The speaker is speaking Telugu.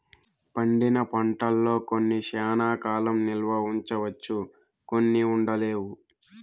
పండిన పంటల్లో కొన్ని శ్యానా కాలం నిల్వ ఉంచవచ్చు కొన్ని ఉండలేవు